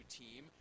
team